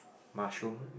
mushroom